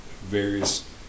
various